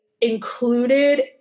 included